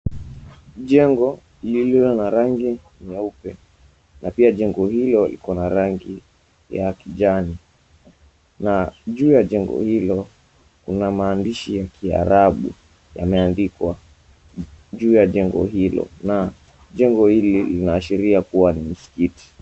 Jengo lililo na rangi nyeupe na pia jengo hilo lina rangi ya kijani na juu ya jengo hilo kuna maandishi ya kiarabu yameandikwa juu ya jengo hilo na jengo hili linaashiria kuwa ni msikiti.